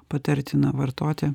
patartina vartoti